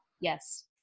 yes